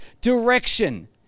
direction